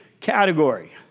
category